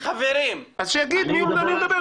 אז שיגיד על מי הוא מדבר.